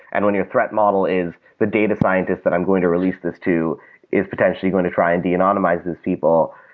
and you're your threat model is the data scientist that i'm going to release this to is potentially going to try and de-anonymize these people.